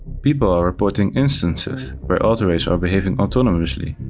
people are reporting instances where autoreivs are behaving autonomously,